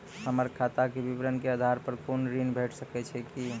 हमर खाता के विवरण के आधार प कुनू ऋण भेट सकै छै की?